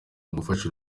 ugufasha